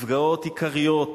נפגעות עיקריות